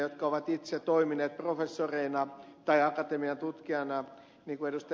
jotka ovat itse toimineet professoreina tai akatemian tutkijoina niin kuin ed